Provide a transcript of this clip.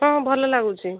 ହଁ ହଁ ଭଲ ଲାଗୁଛି